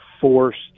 forced